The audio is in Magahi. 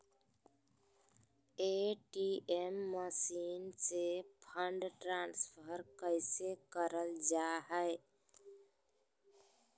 ए.टी.एम मसीन से फंड ट्रांसफर कैसे करल जा है?